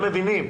הם מבינים,